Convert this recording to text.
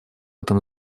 этом